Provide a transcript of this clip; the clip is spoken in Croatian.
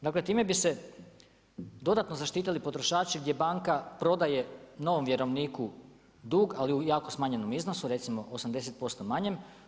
Dakle, time bi se dodatno zaštitili potrošači gdje banka prodaje novom vjerovniku dug, ali u jako smanjenom iznosu, recimo 80% manjem.